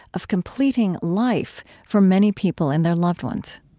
of completing life, for many people and their loved ones